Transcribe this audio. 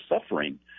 suffering